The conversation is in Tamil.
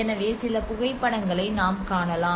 எனவே சில புகைப்படங்களை நாம் காணலாம்